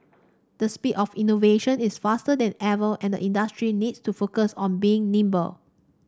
the speed of innovation is faster than ever and industry needs to focus on being nimble